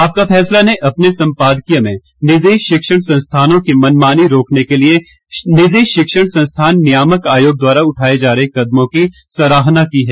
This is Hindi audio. आपका फैसला ने अपने संपादकीय में निजी शिक्षण संस्थानों की मनामानी रोकने के लिए निजी शिक्षण संस्थान नियामक आयोग द्वारा उठाए जा रहे कदमों की सराहना की है